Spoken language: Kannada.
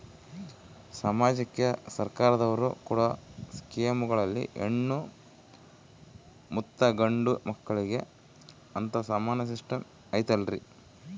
ಸಮಾಜಕ್ಕೆ ಸರ್ಕಾರದವರು ಕೊಡೊ ಸ್ಕೇಮುಗಳಲ್ಲಿ ಹೆಣ್ಣು ಮತ್ತಾ ಗಂಡು ಮಕ್ಕಳಿಗೆ ಅಂತಾ ಸಮಾನ ಸಿಸ್ಟಮ್ ಐತಲ್ರಿ?